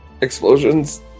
explosions